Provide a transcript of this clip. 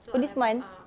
oh this month